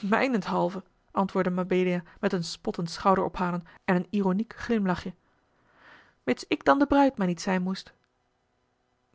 mijnenthalve antwoordde mabelia met een spottend schouderophalen en een ironiek glimlachje mits ik dan de bruid maar niet zijn moest